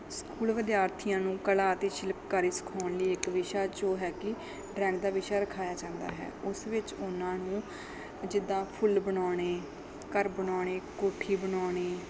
school ਵਿਦਿਆਰਥੀਆਂ ਨੂੰ ਕਲਾ ਅਤੇ ਸ਼ਿਲਪਕਾਰੀ ਸਿਖਾਉਣ ਲਈ ਇੱਕ ਵਿਸ਼ਾ ਜੋ ਹੈ ਕਿ ਡਰੈਂਗ ਦਾ ਵਿਸ਼ਾ ਰਖਾਇਆ ਜਾਂਦਾ ਹੈ ਉਸ ਵਿੱਚ ਉਹਨਾਂ ਨੂੰ ਜਿੱਦਾਂ ਫੁੱਲ ਬਣਾਉਣੇ ਘਰ ਬਣਾਉਣੇ ਕੋਠੀ ਬਣਾਉਣੀ